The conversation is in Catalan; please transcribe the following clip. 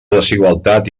desigualtat